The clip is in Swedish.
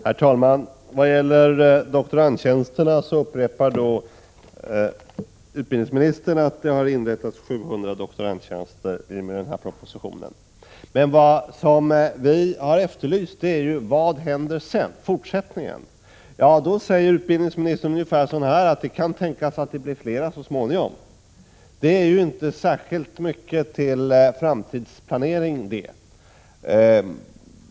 Herr talman! Utbildningsministern upprepar att det har inrättats ytterligare 700 doktorandtjänster i och med denna proposition. Men vad vi efterlyst är vad som händer sedan. Utbildningsministern säger att det kan tänkas bli flera så småningom. Men det är ju inte särskilt mycket till framtidsplanering!